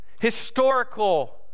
historical